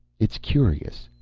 it's curious,